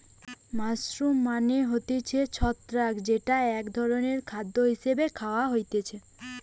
mushroom মানে হতিছে ছত্রাক যেটা এক ধরণের খাদ্য হিসেবে খায়া হতিছে